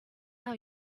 how